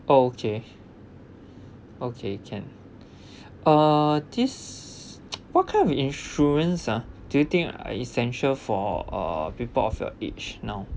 okay okay can uh this what kind of insurance ah do you think are essential for uh people of your age now